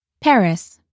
Paris